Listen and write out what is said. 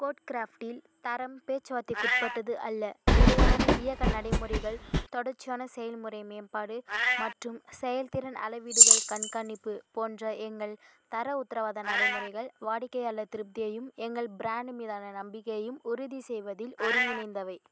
code க்ராஃடில் தரம் பேச்சுவார்த்தைக்குட்பட்டது அல்ல நிலையான இயக்க நடைமுறைகள் தொடர்ச்சியான செயல்முறை மேம்பாடு மற்றும் செயல்திறன் அளவீடுகள் கண்காணிப்பு போன்ற எங்கள் தர உத்தரவாத நடைமுறைகள் வாடிக்கையாளர் திருப்தியையும் எங்கள் ப்ராண்ட் மீதான நம்பிக்கையையும் உறுதி செய்வதில் ஒருங்கிணைந்தவை